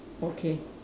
okay